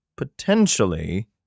potentially